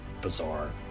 bizarre